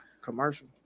commercial